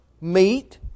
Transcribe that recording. meet